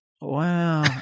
Wow